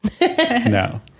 No